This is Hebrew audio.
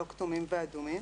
לא כתומים ואדומים.